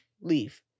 Leave